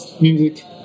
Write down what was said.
music